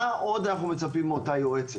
מה עוד אנחנו מצפים מאותה יועצת?